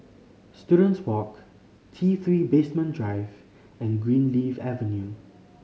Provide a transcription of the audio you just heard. Students Walk T Three Basement Drive and Greenleaf Avenue